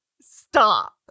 stop